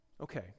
Okay